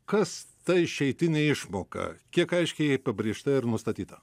kas ta išeitinė išmoka kiek aiškiai apibrėžta ir nustatyta